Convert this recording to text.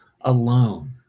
alone